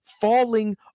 falling